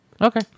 Okay